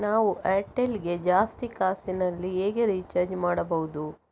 ನಾವು ಏರ್ಟೆಲ್ ಗೆ ಜಾಸ್ತಿ ಕಾಸಿನಲಿ ಹೇಗೆ ರಿಚಾರ್ಜ್ ಮಾಡ್ಬಾಹುದು?